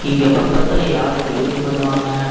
இங்கே பக்கத்தில் யார் டெலிவெரி பண்ணுவாங்க